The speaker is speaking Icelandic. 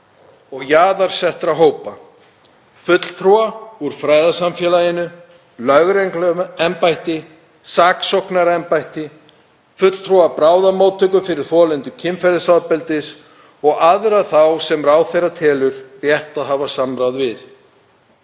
og jaðarsettra hópa, fulltrúa úr fræðasamfélaginu, lögregluembætti, saksóknaraembætti, fulltrúa bráðamóttöku fyrir þolendur kynferðisofbeldis og aðra þá sem ráðherra telur rétt að hafa samráð við.